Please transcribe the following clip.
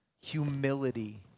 humility